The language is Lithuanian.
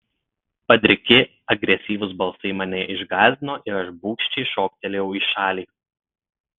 padriki agresyvūs balsai mane išgąsdino ir aš bugščiai šoktelėjau į šalį